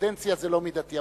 קדנציה זה לא מידתי.